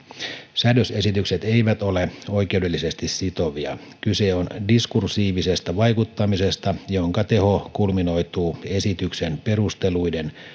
säädösesitykset eivät ole oikeudellisesti sitovia kyse on diskursiivisesta vaikuttamisesta jonka teho kulminoituu esityksen perusteluiden